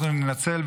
אנחנו נינצל,